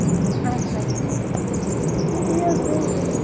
اَچھا اَچھا تہٕ یی یِو تُہۍ